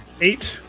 Eight